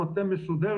לא עבודת מטה מסודרת,